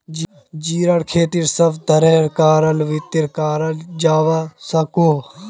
जीरार खेती सब तरह कार मित्तित कराल जवा सकोह